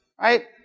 Right